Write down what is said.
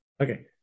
Okay